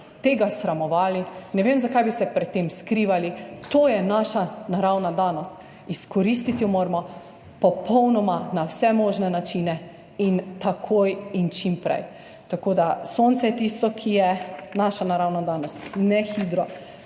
tega sramovali, ne vem, zakaj bi se pred tem skrivali. To je naša naravna danost, izkoristiti jo moramo na popolnoma vse možne načine in takoj in čim prej. Sonce je tisto, ki je naša naravna danost, ne hidro